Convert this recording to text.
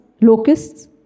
locusts